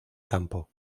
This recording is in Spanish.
campo